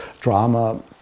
drama